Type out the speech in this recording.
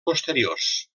posteriors